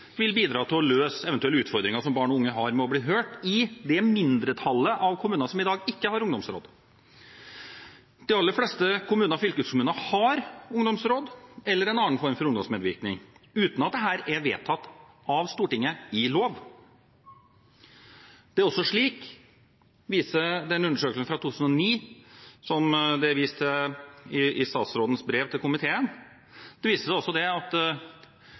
vil bidra til å løse eventuelle utfordringer som barn og unge har med å bli hørt i det mindretallet av kommuner som i dag ikke har ungdomsråd. De aller fleste kommuner og fylkeskommuner har ungdomsråd eller en annen form for ungdomsmedvirkning uten at dette er vedtatt av Stortinget i lovs form. Det er også slik, viser den undersøkelsen fra 2009 som det er vist til i statsrådens brev til komiteen, at det